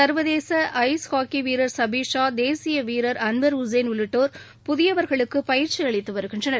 சர்வதேச ice hockey வீரர் சபீர் ஷா தேசிய வீரர் அன்வர் உசேன் உள்ளிட்டோர் புதியவர்களுக்கு பயிற்சி அளித்து வருகின்றனர்